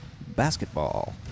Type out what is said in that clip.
basketball